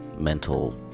mental